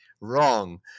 wrong